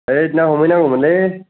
हैद ना हमहैनांगौमोनलै